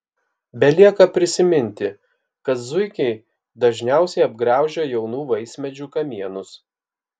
belieka prisiminti kad zuikiai dažniausiai apgraužia jaunų vaismedžių kamienus